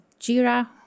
Jira